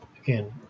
again